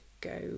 go